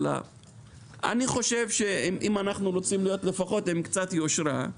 אני חושב שאם אנחנו רוצים להיות עם קצת יושרה,